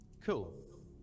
Cool